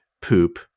poop